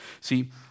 See